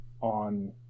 on